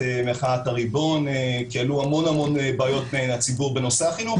מחאת הריבון כי עלו המון בעיות מהציבור בנושא החינוך.